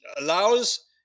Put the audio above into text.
allows